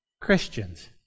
Christians